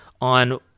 on